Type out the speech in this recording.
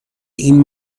این